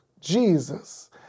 Jesus